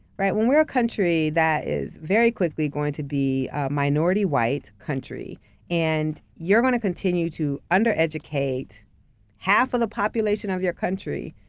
right, when we're a country that is very quickly going to be a minority white country and you're gonna continue to under educate half of the population of your country,